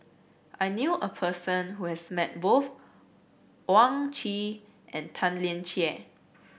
I knew a person who has met both Owyang Chi and Tan Lian Chye